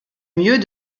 mieux